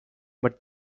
but